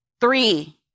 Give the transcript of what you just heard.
Three